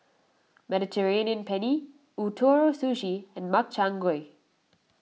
Mediterranean Penne Ootoro Sushi and Makchang Gui